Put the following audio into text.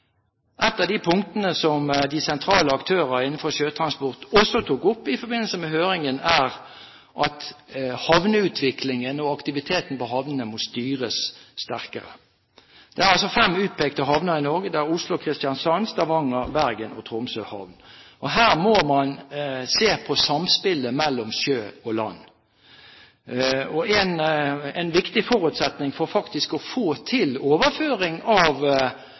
Et av de punktene som de sentrale aktører innenfor sjøtransport også tok opp i forbindelse med høringen, er at havneutviklingen og aktiviteten på havnene må styres sterkere. Det er altså fem utpekte havner i Norge. Det er havnene i Oslo, Kristiansand, Stavanger, Bergen og Tromsø. Her må man se på samspillet mellom sjø og land. En viktig forutsetning for å få til overføring av